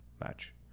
match